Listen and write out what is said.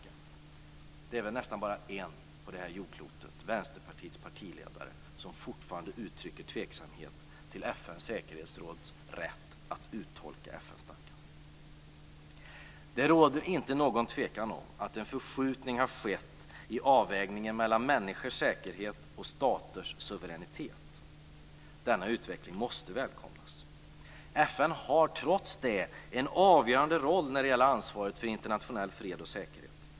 Det finns väl nästan bara en på det här jordklotet, nämligen Vänsterpartiets partiledare, som fortfarande uttrycker tveksamhet till FN:s säkerhetsråds rätt att uttolka FN-stadgan. Det råder inte någon tvekan om att en förskjutning har skett i avvägningen mellan människors säkerhet och staters suveränitet. Denna utveckling måste välkomnas. FN har trots det en avgörande roll när det gäller ansvaret för internationell fred och säkerhet.